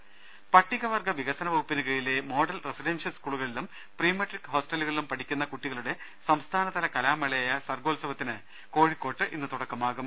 ദർവ്വട്ടെഴ പട്ടികവർഗ വികസന വകുപ്പിന് കീഴിലെ മോഡൽ റസിഡൻഷ്യൽ സ് കൂളുകളിലും പ്രീമെട്രിക് ഹോസ്റ്റലുകളിലും പഠിക്കുന്ന കുട്ടികളുടെ സം സ്ഥാനതല കലാമേളയായ സർഗോത്സവത്തിന് കോഴിക്കോട്ട് ഇന്ന് തുടക്ക മാകും